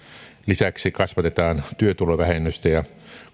lisäksi kasvatetaan työtulovähennystä ja kunnallisverotuksen perusvähennystä hallitus päätti